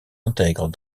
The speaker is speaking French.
intègre